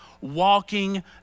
walking